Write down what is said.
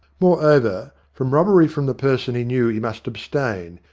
moreover, from robbery from the person he knew he must abstain,